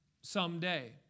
someday